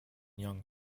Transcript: young